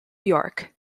york